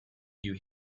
you